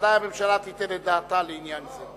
ודאי הממשלה תיתן את דעתה לעניין זה.